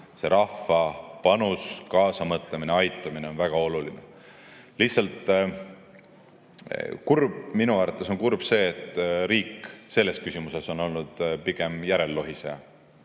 Rahva panus, kaasamõtlemine, aitamine on väga oluline. Lihtsalt minu arvates on kurb see, et riik on selles küsimuses olnud pigem järellohiseja.